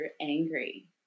angry